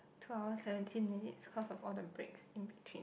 two hours seventeen minutes cause of all the breaks in between